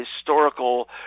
historical